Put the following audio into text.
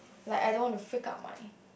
like I don't want to freak out in front of my